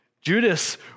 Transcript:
Judas